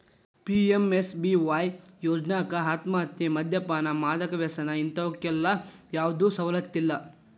PMSBY ಯೋಜ್ನಾಕ ಆತ್ಮಹತ್ಯೆ, ಮದ್ಯಪಾನ, ಮಾದಕ ವ್ಯಸನ ಇಂತವಕ್ಕೆಲ್ಲಾ ಯಾವ್ದು ಸವಲತ್ತಿಲ್ಲ